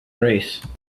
race